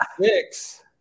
six